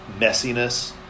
messiness